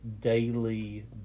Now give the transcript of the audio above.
daily